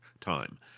time